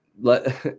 let